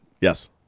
Yes